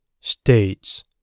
states